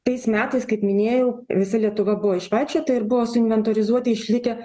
tais metais kaip minėjau visa lietuva buvo išvaikščiota ir buvo suinventorizuoti išlikę